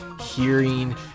hearing